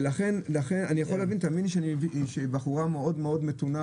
ולכן אני יכול להבין תאמין לי שבחורה מאוד מתונה,